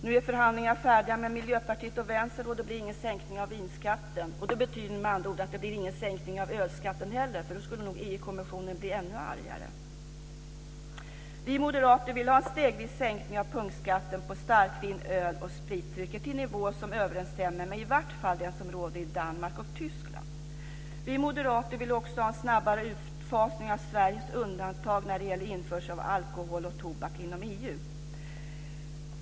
Nu är förhandlingarna med Miljöpartiet och Vänstern färdiga, och det blir ingen sänkning av vinskatten. Med andra ord betyder det att det inte heller blir någon sänkning av ölskatten, för då skulle nog EU-kommissionen bli ännu argare. Vi moderater vill ha en stegvis sänkning av punktskatten på starkvin, öl och spritdrycker till en nivå som överensstämmer med den som i vart fall råder i Danmark och Tyskland. Vi moderater vill också ha en snabbare utfasning av Sveriges undantag när det gäller införsel av alkohol och tobak inom EU.